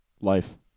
Life